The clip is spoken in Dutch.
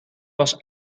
was